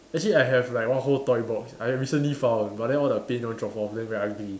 actually I have like one whole toy box I recently found but then all the pin all drop off then very ugly